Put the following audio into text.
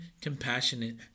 compassionate